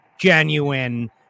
genuine